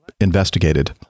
Investigated